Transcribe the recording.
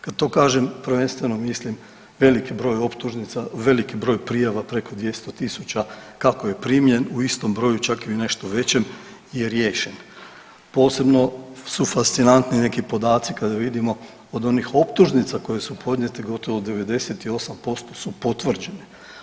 Kad to kažem, prvenstveno mislim veliki broj optužnica, veliki broj prijava preko 200.000 kako je primljen u istom broju, čak i u nešto većem je riješen, posebno su fascinantni neki podaci kada vidimo od onih optužnica koje su podnijete gotovo 98% su potvrđene.